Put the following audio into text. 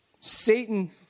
Satan